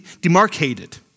demarcated